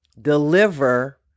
deliver